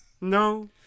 No